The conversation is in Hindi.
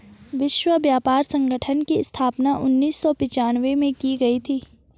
विश्व व्यापार संगठन की स्थापना उन्नीस सौ पिच्यानवे में की गई थी